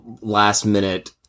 last-minute